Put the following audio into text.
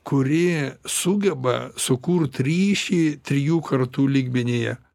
kuri sugeba sukurt ryšį trijų kartų lygmenyje